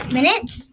Minutes